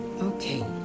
okay